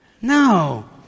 No